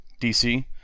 DC